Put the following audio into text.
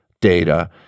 data